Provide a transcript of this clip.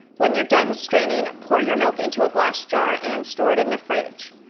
when you're done straining, pour your milk into a glass jar and store it in the fridge.